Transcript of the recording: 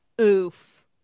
Oof